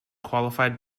qualified